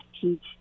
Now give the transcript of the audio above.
teach